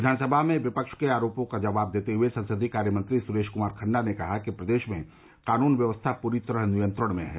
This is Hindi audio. विधानसभा में विपक्ष के आरोपों का जवाब देते हुए संसदीय कार्यमंत्री सुरेश कुमार खन्ना ने कहा कि प्रदेश में कानून व्यवस्था पूरी तरह नियंत्रण में है